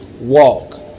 walk